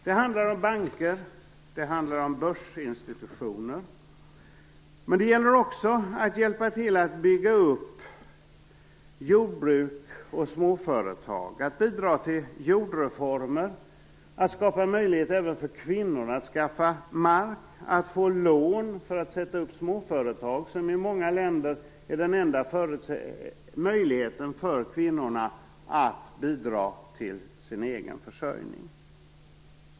Det handlar om banker och börsinstitutioner, men det gäller också att hjälpa till att bygga upp jordbruk och småföretag, att bidra till jordreformer, att skapa möjligheter även för kvinnor att skaffa mark och få lån för att starta småföretag. I många länder är småföretag den enda möjligheten för kvinnorna att bidra till sin egen försörjning.